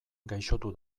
gaixotu